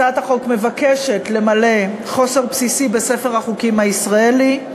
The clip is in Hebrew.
הצעת החוק מבקשת למלא חוסר בסיסי בספר החוקים הישראלי.